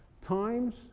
times